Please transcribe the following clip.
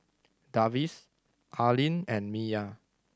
Davis Arlyn and Miya